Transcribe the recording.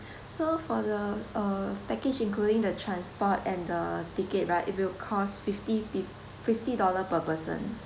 so for the uh package including the transport and the ticket right it will cost fifty fif~ fifty dollar per person